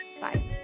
Bye